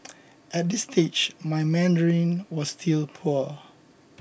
at this stage my Mandarin was still poor